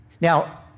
Now